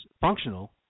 functional